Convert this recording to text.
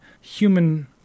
human